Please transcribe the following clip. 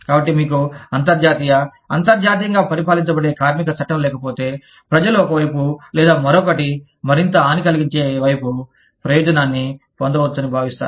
కాబట్టి మీకు అంతర్జాతీయ అంతర్జాతీయంగా పరిపాలించబడే కార్మిక చట్టం లేకపోతే ప్రజలు ఒక వైపు లేదా మరొకటి మరింత హాని కలిగించే వైపు ప్రయోజనాన్ని పొందవచ్చని భావిస్తారు